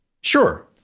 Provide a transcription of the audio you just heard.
Sure